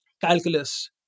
calculus